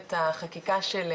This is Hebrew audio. לדעתי משרד התחבורה צריך להנחות כאן